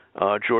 George